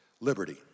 liberty